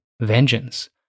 vengeance